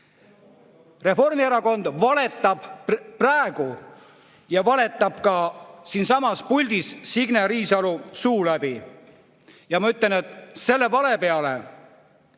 Reformierakond valetab praegu ja valetab ka siinsamas puldis Signe Riisalo suu läbi. Ja ma ütlen, et selle vale tõttu,